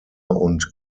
und